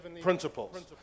principles